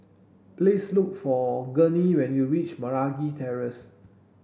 please look for Gurney when you reach Meragi Terrace